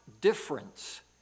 difference